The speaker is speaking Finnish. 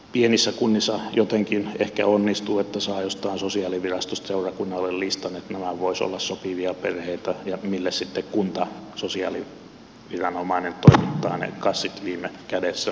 pienissä kunnissa jotenkin ehkä onnistuu että saa jostain sosiaalivirastosta seurakunnalle listan että nämä voisivat olla sopivia perheitä joille sitten kunta sosiaaliviranomainen toimittaa ne kassit viime kädessä